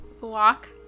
walk